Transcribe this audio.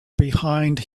behind